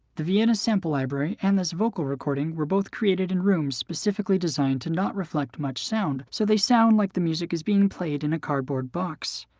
the vienna sample library and this vocal recording were both created in rooms specifically designed to not reflect much sound, so they sound like the music is being played in a cardboard box.